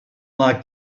like